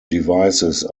devices